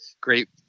great